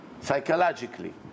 psychologically